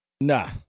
Nah